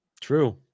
True